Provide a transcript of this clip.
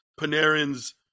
Panarin's